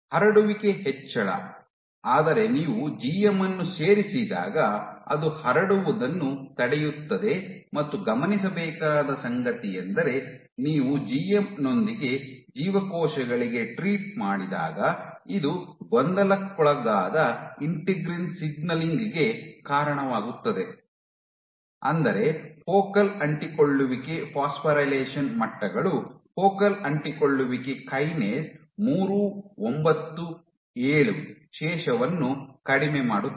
ಹರಡುವಿಕೆ ಹೆಚ್ಚಳ ಆದರೆ ನೀವು ಜಿಎಂ ಅನ್ನು ಸೇರಿಸಿದಾಗ ಅದು ಹರಡುವುದನ್ನು ತಡೆಯುತ್ತದೆ ಮತ್ತು ಗಮನಿಸಬೇಕಾದ ಸಂಗತಿಯೆಂದರೆ ನೀವು ಜಿಎಂ ನೊಂದಿಗೆ ಜೀವಕೋಶಗಳಿಗೆ ಟ್ರೀಟ್ ಮಾಡಿದಾಗ ಇದು ಗೊಂದಲಕ್ಕೊಳಗಾದ ಇಂಟಿಗ್ರಿನ್ ಸಿಗ್ನಲಿಂಗ್ ಗೆ ಕಾರಣವಾಗುತ್ತದೆ ಅಂದರೆ ಫೋಕಲ್ ಅಂಟಿಕೊಳ್ಳುವಿಕೆ ಫೋಸ್ಫೋರಿಲೇಷನ್ ಮಟ್ಟಗಳು ಫೋಕಲ್ ಅಂಟಿಕೊಳ್ಳುವಿಕೆ ಕೈನೇಸ್ 397 ಶೇಷವನ್ನು ಕಡಿಮೆ ಮಾಡುತ್ತದೆ